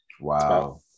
Wow